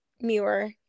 Muir